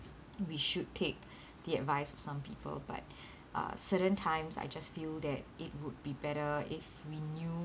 we should take the advice of some people but uh certain times I just feel that it would be better if we knew